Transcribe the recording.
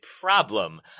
problem